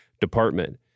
department